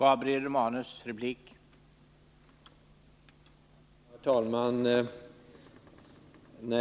Herr talman!